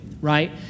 right